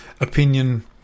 opinion